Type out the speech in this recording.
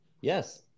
Yes